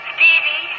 Stevie